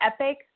epic